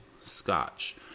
scotch